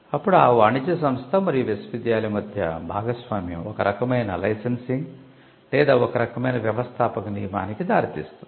అప్పుడు ఆ వాణిజ్య సంస్థ మరియు విశ్వవిద్యాలయం మధ్య భాగస్వామ్యం ఒక రకమైన లైసెన్సింగ్ లేదా ఒక రకమైన వ్యవస్థాపక నియమానికి దారితీస్తుంది